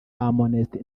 amnesty